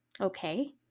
Okay